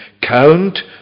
count